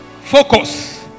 Focus